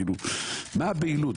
כאילו, מה הבהילות?